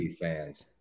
fans